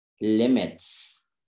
limits